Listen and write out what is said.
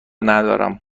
ندارم